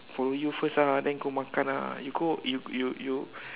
follow you first ah then go makan ah you go you you you